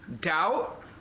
doubt